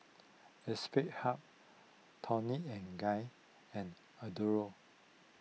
Aspire Hub Toni and Guy and Adore